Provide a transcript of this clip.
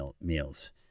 meals